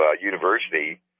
university